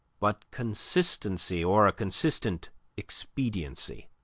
but consistency or a consistent expediency.